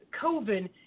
Coven